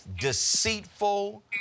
deceitful